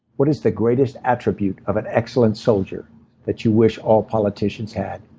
what is the greatest attribute of an excellent soldier that you wish all politicians had?